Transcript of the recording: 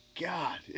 god